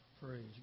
Praise